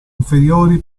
inferiori